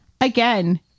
again